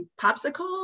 popsicle